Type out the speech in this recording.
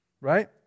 Right